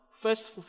first